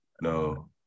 no